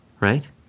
right